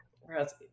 Whereas